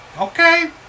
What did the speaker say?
okay